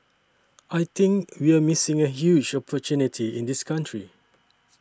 I think we're missing a huge opportunity in this country